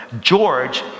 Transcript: George